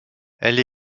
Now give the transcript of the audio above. elle